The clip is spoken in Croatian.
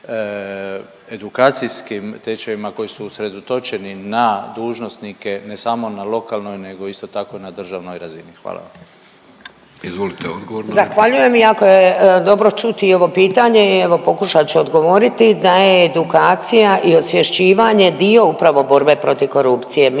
edukacijskim tečajevima koji su usredotečeni na dužnosnike ne samo na lokalnoj, nego isto tako na državnoj razini. Hvala. **Vidović, Davorko (Socijaldemokrati)** Izvolite odgovor. **Šimundža-Nikolić, Vedrana** Zahvaljujem. Iako je dobro čuti i ovo pitanje, evo pokušat ću odgovoriti da je edukacija i osvješćivanje dio upravo borbe protiv korupcije.